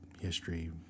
history